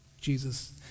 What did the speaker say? Jesus